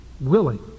willing